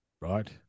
right